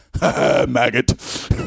maggot